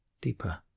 deeper